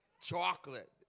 chocolate